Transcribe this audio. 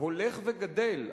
והולך וגדל,